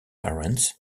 parents